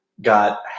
got